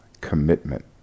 commitment